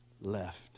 left